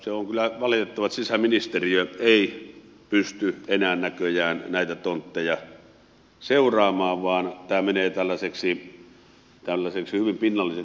se on kyllä valitettavaa että sisäministeriö ei pysty enää näköjään näitä tontteja seuraamaan vaan tämä menee tällaiseksi hyvin pinnalliseksi tarkasteluksi